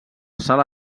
sala